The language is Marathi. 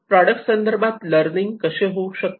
प्रॉडक्ट संदर्भात लर्निंग कसे होऊ शकते